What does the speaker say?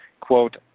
quote